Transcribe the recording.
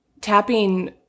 tapping